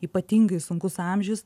ypatingai sunkus amžius